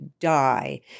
die